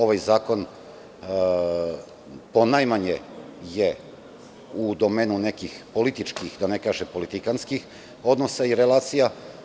Ovaj zakon je ponajmanje u domenu nekih političkih, da ne kažem politikantskih, odnosa i relacija.